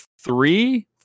three